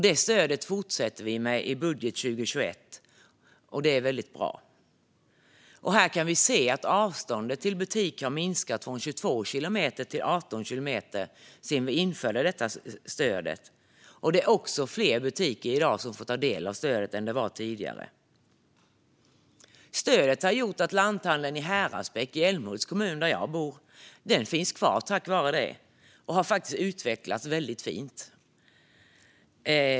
Det stödet fortsätter vi med i budgeten för 2021, och det är väldigt bra. Här kan vi se att avståndet till en butik har minskat från 22 kilometer till 18 kilometer sedan vi införde stödet. Och det är också fler butiker i dag som får del av stödet än det var tidigare. Stödet har gjort att lanthandeln i Häradsbäck i Älmhults kommun, där jag bor, finns kvar, och tack vare det har den utvecklats väldigt fint.